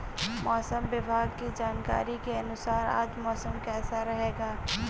मौसम विभाग की जानकारी के अनुसार आज मौसम कैसा रहेगा?